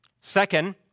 Second